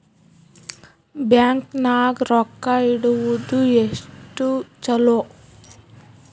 Bank ನಾಗ ರೊಕ್ಕ ಇಡುವುದು ಎಷ್ಟು ಚಲೋ?